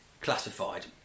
classified